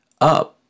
up